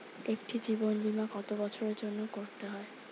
একটি জীবন বীমা কত বছরের জন্য করতে হয়?